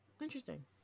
Interesting